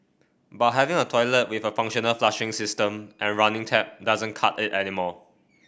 but having a toilet with a functional flushing system and running tap doesn't cut it anymore